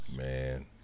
Man